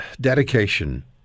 dedication